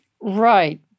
right